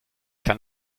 kann